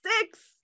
six